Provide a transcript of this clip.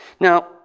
Now